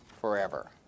forever